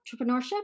entrepreneurship